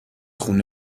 خونه